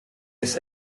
its